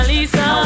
Lisa